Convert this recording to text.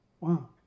Wow